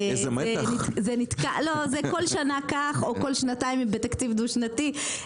כל שנה זה כך או כל שנתיים בתקציב דו שנתי.